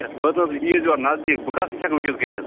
یتھ وٲژ نہَ حظ عیٖذ یورٕ نٔزدیٖک بہٕ کَس نِش ہٮ۪کہٕ وُنکٮ۪س گٔژھِتھ